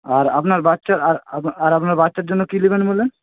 আর আপনার বাচ্চার আর আর আপনার বাচ্চার জন্য কি নেবেন বললেন